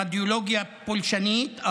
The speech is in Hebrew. רדיולוגיה פולשנית,